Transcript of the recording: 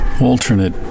alternate